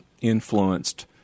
influenced